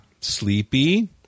Sleepy